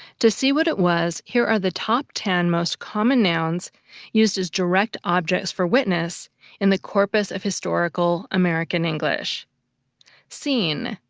to see what it was, here are the top ten most common nouns used as direct objects for witness in the corpus of historical american english scene,